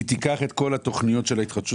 כי תיקח את כל התכניות של התחדשות